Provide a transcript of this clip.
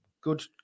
good